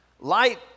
Light